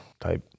type